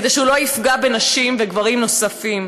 כדי שהוא לא יפגע בנשים ובגברים נוספים.